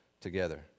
together